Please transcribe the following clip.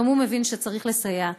גם הוא מבין שצריך לסייע,